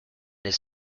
his